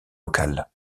locales